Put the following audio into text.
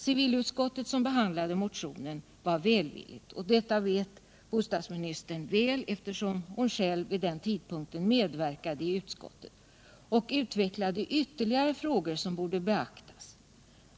Civilutskottet, som behandlade motionen, var välvilligt, och det vet bostadsministern väl, eftersom hon själv vid den tiden tillhörde utskottet, och utvecklade ytterligare frågor som borde beaktas.